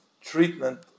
treatment